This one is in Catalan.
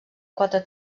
quatre